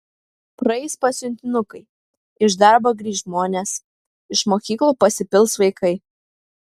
praeis pasiuntinukai iš darbo grįš žmonės iš mokyklų pasipils vaikai